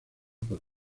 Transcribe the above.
por